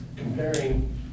Comparing